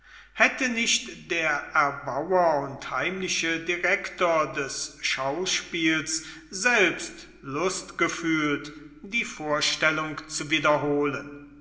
hätte nicht der erbauer und heimliche direktor des schauspiels selbst lust gefühlt die vorstellung zu wiederholen